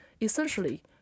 essentially